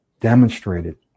demonstrated